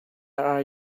are